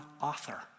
author